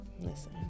Listen